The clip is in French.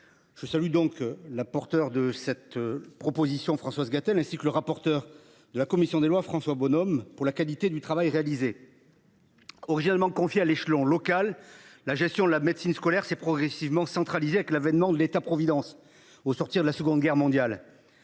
Je salue donc l’auteur de cette proposition de loi, Françoise Gatel, ainsi que le rapporteur de la commission des lois, François Bonhomme, pour la qualité du travail qu’ils ont réalisé. Originellement confiée à l’échelon local, la gestion de la médecine scolaire s’est progressivement centralisée avec l’avènement de l’État providence au sortir de la Seconde Guerre mondiale.